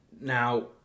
Now